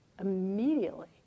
immediately